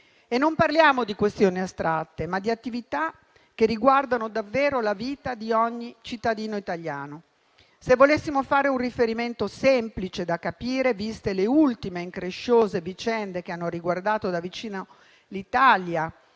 e non parliamo di questioni astratte, ma di attività che riguardano davvero la vita di ogni cittadino italiano. Se volessimo fare un riferimento semplice da capire, viste le ultime incresciose vicende che hanno riguardato da vicino l'Italia,